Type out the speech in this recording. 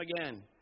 again